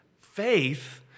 Faith